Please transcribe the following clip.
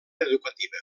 educativa